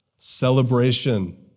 celebration